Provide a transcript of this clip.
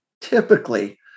typically